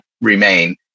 Remain